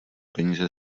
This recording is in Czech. peníze